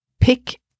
pick